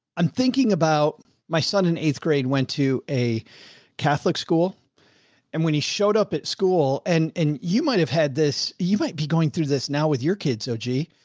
i'm thinking about my son in eighth grade, went to a catholic school and when he showed up at school and you might've had this, you might be going through this now with your kids. oh, gee.